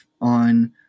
on